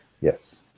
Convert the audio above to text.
Yes